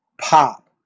pop